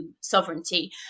sovereignty